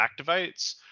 activates